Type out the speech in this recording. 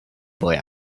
boy